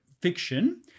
fiction